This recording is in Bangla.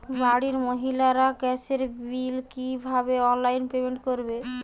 বাড়ির মহিলারা গ্যাসের বিল কি ভাবে অনলাইন পেমেন্ট করবে?